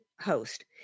host